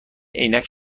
عینک